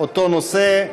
באותו נושא,